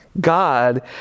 God